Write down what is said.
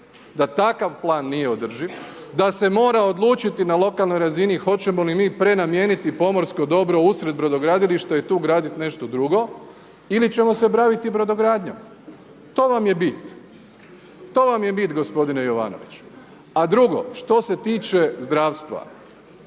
Da takav plan nije održiv, da se mora odlučiti na lokalnoj razini hoćemo li mi prenamijeniti pomorsko dobro usred brodogradilišta i tu graditi nešto drugo ili ćemo se baviti brodogradnjom. To vam je bit. To vam je bit, gospodine Jovanoviću. A drugo, što se tiče zdravstva.